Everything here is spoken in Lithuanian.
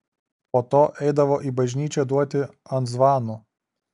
po to eidavo į bažnyčią duoti ant zvanų